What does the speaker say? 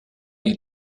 you